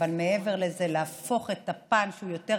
אבל מעבר לזה, להפוך את הפן שהיה יותר